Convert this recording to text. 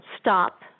stop